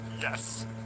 Yes